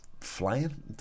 Flying